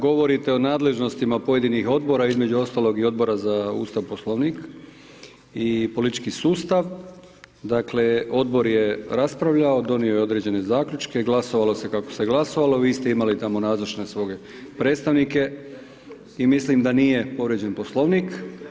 Govorite o nadležnostima pojedinih odbora, između ostalog i Odbora za Ustav, Poslovnik i politički sustav, dakle, odbor je raspravljao, donio je određene zaključke, glasovalo se kako se glasovalo, vi ste imali tamo nazočne svoje predstavnike i mislim da nije povrijeđen Poslovnik.